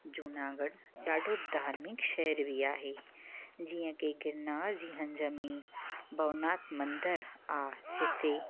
जूनागढ़ ॾाढो धार्मिक शहरु बि आहे जीअं की गिरनार जी हंज में भवनाथ मंदरु आहे जिते